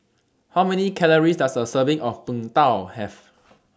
How Many Calories Does A Serving of Png Tao Have